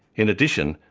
in addition,